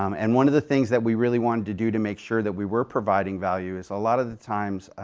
um and one of the things that we really wanted to do to make sure that we were providing value is a lot of the times,